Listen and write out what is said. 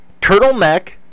turtleneck